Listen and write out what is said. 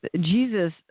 Jesus